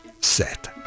set